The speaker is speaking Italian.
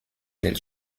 nel